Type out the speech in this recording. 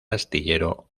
astillero